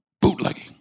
bootlegging